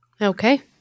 Okay